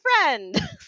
friend